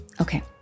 Okay